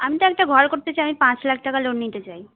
আমি তো একটা ঘর করতে চাই আমি পাঁচ লাখ টাকা লোন নিতে চাই